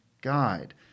guide